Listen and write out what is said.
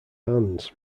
hands